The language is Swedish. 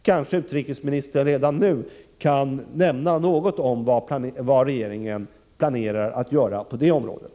Kan utrikesministern kanske redan nu nämna något om vad regeringen planerar att göra på det området?